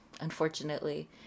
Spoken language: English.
unfortunately